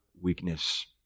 weakness